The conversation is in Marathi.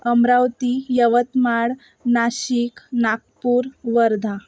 अमरावती यवतमाळ नाशिक नागपूर वर्धा